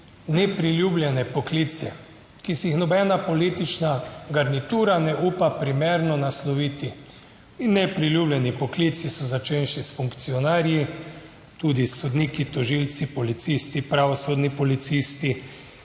nepriljubljene poklice, ki si jih nobena politična garnitura ne upa primerno nasloviti. In nepriljubljeni poklici so, začenši s funkcionarji, tudi sodniki, tožilci, policisti, pravosodni policisti.